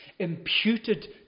Imputed